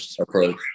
approach